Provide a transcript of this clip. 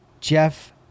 jeff